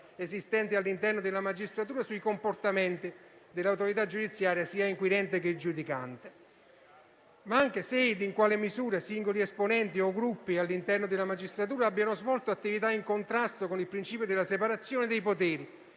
esistenti all'interno della magistratura sui comportamenti dell'autorità giudiziaria, sia inquirente che giudicante, ma anche se e in quale misura singoli esponenti o gruppi all'interno della magistratura abbiano svolto attività in contrasto con il principio della separazione dei poteri,